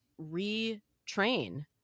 retrain